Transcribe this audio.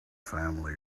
family